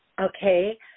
Okay